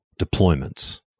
deployments